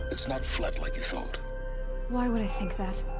it's not flat, like you thought why would i think that?